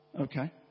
Okay